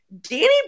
Danny